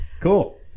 Cool